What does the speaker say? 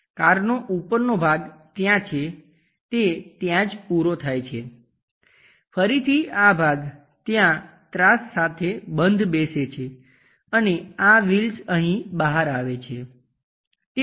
કારનો ઉપરનો ભાગ ત્યાં છે તે ત્યાં જ પૂરો થાય છે ફરીથી આ ભાગ ત્યાં ત્રાસ સાથે બંધબેસે છે અને આ વ્હીલ્સ અહીં બહાર આવે છે